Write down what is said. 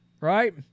right